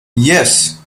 yes